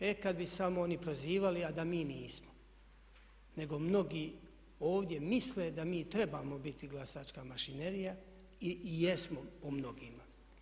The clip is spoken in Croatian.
E kada bi samo oni prozivali a da mi nismo, nego mnogi ovdje misle da mi trebamo biti glasačka mašinerija i jesmo po mnogima.